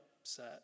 upset